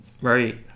right